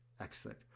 excellent